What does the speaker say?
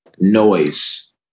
noise